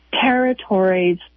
territories